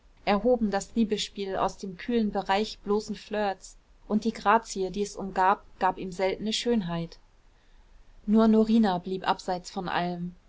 erhoben das liebesspiel aus dem kühlen bereich bloßen flirts und die grazie die es umgab gab ihm seltene schönheit nur norina blieb abseits von allem